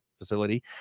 facility